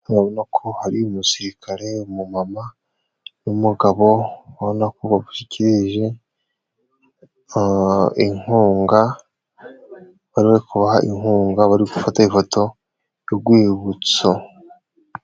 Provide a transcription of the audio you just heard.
Urabona ko hari umusirikare, umu mama n'umugabo. Urabona ko bamushyikirije inkunga, bari bari kubaha inkunga. Bari gufata ifoto y'urwibutso.